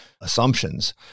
assumptions